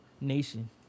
nation